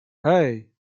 hey